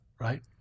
right